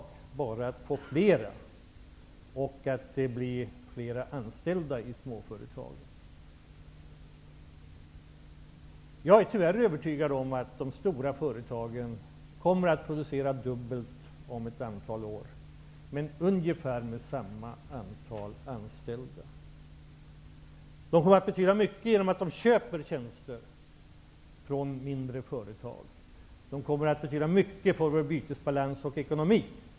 Vi behöver få flera, och vi behöver få flera anställda i småföretagen. Jag är tyvärr övertygad om att de stora företagen kommer att producera dubbelt så mycket om ett antal år, men med ungefär samma antal anställda som i dag. De kommer att betyda mycket genom att de köper tjänster från mindre företag. De kommer att betyda mycket för vår bytesbalans och ekonomi.